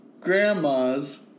Grandmas